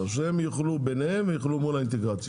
עכשיו, כשהם יוכלו ביניהם, יוכלו מול האינטגרציות.